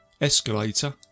escalator